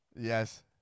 Yes